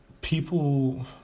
people